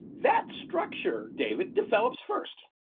that structure, david, develops first.